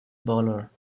bowler